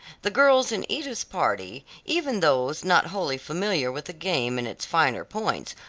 the girls in edith's party, even those not wholly familiar with the game in its finer points,